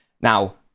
Now